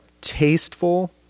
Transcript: tasteful